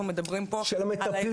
אנחנו מדברים פה של המטפלים.